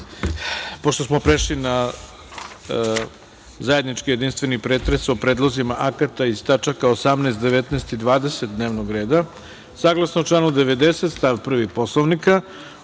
pošto smo prešli na zajednički jedinstveni pretres o predlozima akata iz tačaka 18, 19. 20. dnevnog reda, saglasno članu 90. stav 1. Poslovnika,